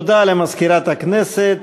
תודה למזכירת הכנסת.